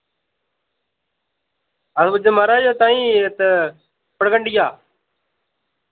अस पुज्जे माराज ताईं इत पड़गंडिया